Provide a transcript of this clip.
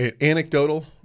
anecdotal